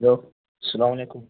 hello سسلام علیکم